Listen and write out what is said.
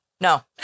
No